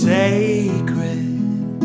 sacred